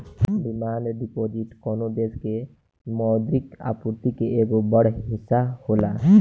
demand deposit कवनो देश के मौद्रिक आपूर्ति के एगो बड़ हिस्सा होला